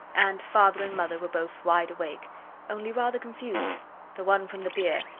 and father and mother were both wide awake only rather confused the one from the beer,